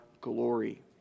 glory